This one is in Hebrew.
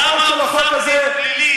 המשמעות של החוק הזה היא